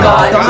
God